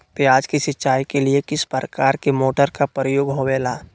प्याज के सिंचाई के लिए किस प्रकार के मोटर का प्रयोग होवेला?